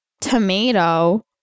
tomato